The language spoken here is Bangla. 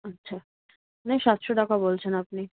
আচ্ছা মানে সাতশো টাকা বলছেন আপনি